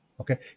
Okay